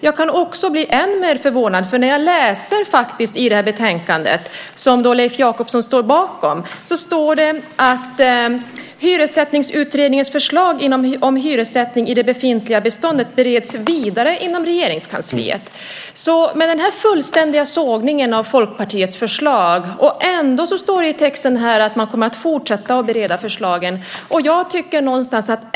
Jag kan faktiskt bli än mer förvånad när jag läser i det här betänkandet, som Leif Jakobsson står bakom. Det står att Hyressättningsutredningens förslag om hyressättning i det befintliga beståndet bereds vidare inom Regeringskansliet. Jag tänker på den här fullständiga sågningen av Folkpartiets förslag. Ändå står det i texten här att man kommer att fortsätta att bereda förslagen.